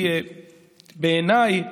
היא בעיניי